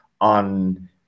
on